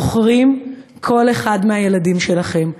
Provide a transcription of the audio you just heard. זוכרים כל אחד מהילדים שלכם.